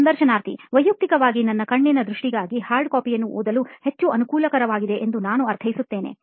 ಸಂದರ್ಶನಾರ್ಥಿ ವೈಯಕ್ತಿಕವಾಗಿ ನನ್ನ ಕಣ್ಣಿನ ದೃಷ್ಟಿಗಾಗಿ ಹಾರ್ಡ್ copy ಯನ್ನು ಓದಲು ಹೆಚ್ಚು ಅನುಕೂಲಕರವಾಗಿದೆ ಎಂದು ನಾನು ಅರ್ಥೈಸುತ್ತೇನೆ